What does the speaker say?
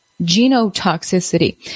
genotoxicity